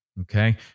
Okay